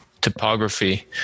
topography